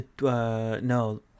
No